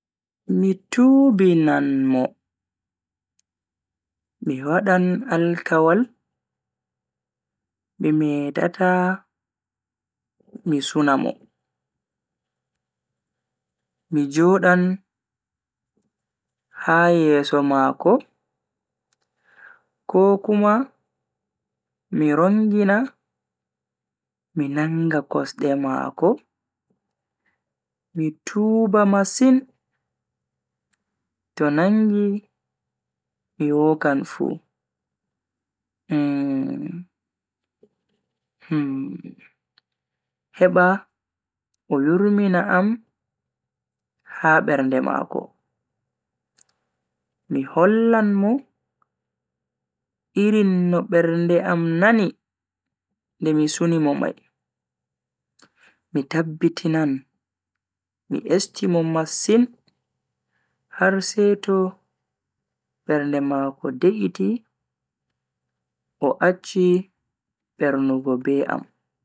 Mi tuubinan mo mi wadan alkawal mi metata mi suna mo. Mi jodan ha yeso mako ko kuma mi rongina mi nanga kosde mako mi tuuba masin to nangi mi wokan fu heba o yurmina am ha bernde mako. Mi hollan mo irin no bernde am nani nde mi suni mo mai, mi tabbitinan mi esti mo masin har seto bernde mako de'iti o acchi bernugo be am.